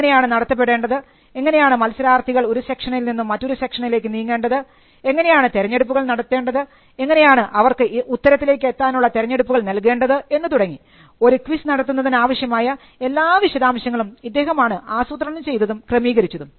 എങ്ങനെയാണ് നടത്തപ്പെടേണ്ടത് എങ്ങനെയാണ് മത്സരാർത്ഥികൾ ഒരു സെക്ഷനിൽ നിന്നും മറ്റൊരു സെക്ഷനിലേക്ക് നീങ്ങേണ്ടത് എങ്ങനെയാണ് തെരഞ്ഞെടുപ്പുകൾ നടത്തേണ്ടത് എങ്ങനെയാണ് അവർക്ക് ഉത്തരത്തിലേക്ക് എത്താനുള്ള തെരഞ്ഞെടുപ്പുകൾ നൽകേണ്ടത് എന്നുതുടങ്ങി ഒരു ക്വിസ് നടത്തുന്നതിന് ആവശ്യമായ എല്ലാ വിശദാംശങ്ങളും ഇദ്ദേഹമാണ് ആസൂത്രണം ചെയ്തതും ക്രമീകരിച്ചതും